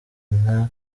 nka